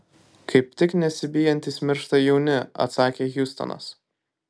kaip tik nesibijantys miršta jauni atsakė hjustonas